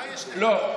לא,